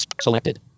selected